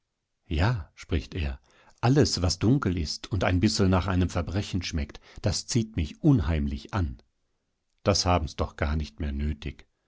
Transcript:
ja spricht er alles was dunkel ist und ein bissel nach einem verbrechen schmeckt das zieht mich unheimlich an das haben's doch gar nicht mehr nötig